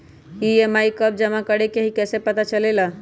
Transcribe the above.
EMI कव जमा करेके हई कैसे पता चलेला?